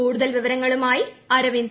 കൂടുതൽ വിവരങ്ങളുമായി അരവിന്ദ്